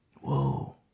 Whoa